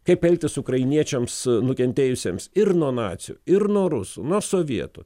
kaip elgtis ukrainiečiams nukentėjusiems ir nuo nacių ir nuo rusų nuo sovietų